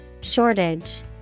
Shortage